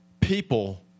people